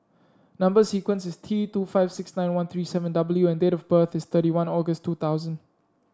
number sequence is T two five six nine one three seven W and date of birth is thirty one August two thousand